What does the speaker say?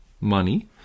money